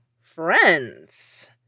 friends